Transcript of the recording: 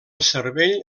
cervell